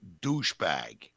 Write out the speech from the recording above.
douchebag